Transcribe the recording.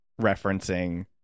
referencing